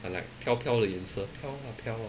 ah like 飘飘的颜色飘啊飘啊